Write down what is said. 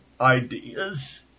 ideas